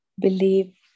believe